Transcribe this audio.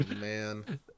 man